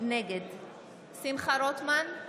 נגד שמחה רוטמן,